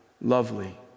lovely